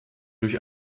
durch